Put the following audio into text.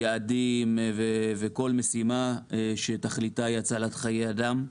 יעדים וכל משימה שתכליתה הוא הצלת חיי אדם.